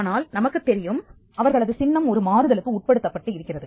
ஆனால் நமக்குத் தெரியும் அவர்களது சின்னம் ஒரு மாறுதலுக்கு உட்படுத்தப்பட்டு இருக்கிறது